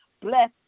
bless